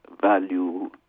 value